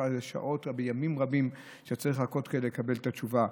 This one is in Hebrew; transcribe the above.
שעות וימים רבים שצריך לחכות כדי לקבל את התשובה.